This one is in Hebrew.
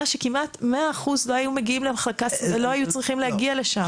כמעט 100% לא היו צריכים להגיע למחלקה סגורה.